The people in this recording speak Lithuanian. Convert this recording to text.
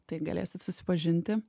tai galėsit susipažinti